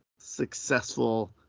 successful